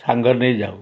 ସାଙ୍ଗ ନେଇ ଯାଉ